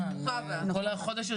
התכוון.